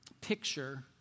picture